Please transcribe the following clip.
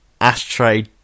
ashtray